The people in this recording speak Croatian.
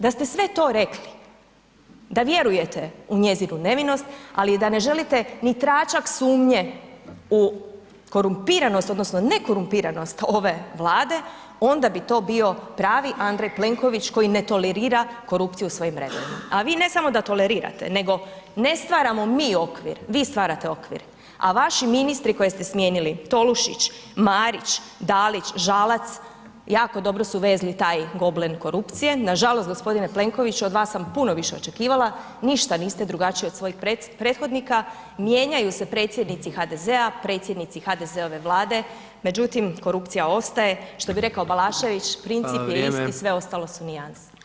Da ste sve to rekli da vjerujete u njezinu nevinost, ali i da ne želite ni tračak sumnje u korumpiranost odnosno nekorumpiranost ove Vlade onda bi to bio pravi Andrej Plenković koji netolerira korupciju u svojim redovima, a vi ne samo da tolerirate nego ne stvaramo mi okvir, vi stvarate okvir, a vaši ministri koje ste smijenili Tolušić, Marić, Dalić, Žalac jako dobro su vezli taj goblen korupcije, nažalost gospodine Plenkoviću od vas sam puno više očekivali, ništa niste drugačiji od svojih prethodnika, mijenjaju se predsjednici HDZ-a, predsjednici HDZ-ove vlade, međutim korupcija ostaje, što bi rekao Balašević, princip je isti, [[Upadica: Hvala, vrijeme.]] sve ostalo su nijanse.